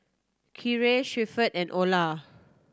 Keira Shepherd and Ola